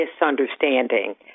misunderstanding